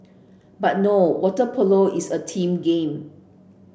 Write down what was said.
but no water polo is a team game